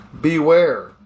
beware